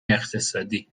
اقتصادی